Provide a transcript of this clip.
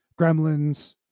Gremlins